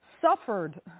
suffered